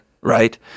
right